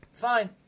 Fine